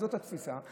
זאת התפיסה.